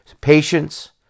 Patience